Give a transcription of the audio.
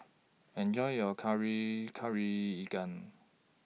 Enjoy your Kari Kari Ikan